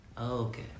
Okay